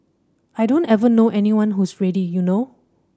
I don't ever know anyone who's ready you know